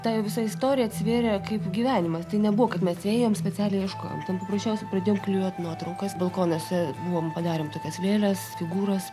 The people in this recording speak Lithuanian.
ta jo visa istorija atsivėrė kaip gyvenimas tai nebuvo kad mes ėjom specialiai ieškojom ten paprasčiausiai pradėjom klijuot nuotraukas balkonuose buvom padarėm tokias vėles figūras